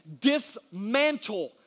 dismantle